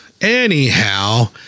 anyhow